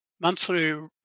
Monthly